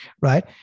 Right